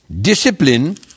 discipline